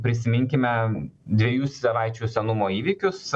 prisiminkime dviejų savaičių senumo įvykius